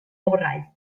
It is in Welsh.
orau